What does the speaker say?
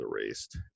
erased